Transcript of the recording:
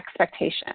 expectation